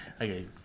Okay